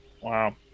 Wow